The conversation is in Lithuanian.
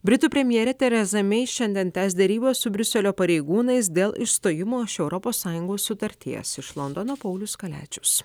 britų premjerė tereza mei šiandien tęs derybas su briuselio pareigūnais dėl išstojimo iš europos sąjungos sutarties iš londono paulius kaliačius